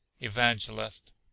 Evangelist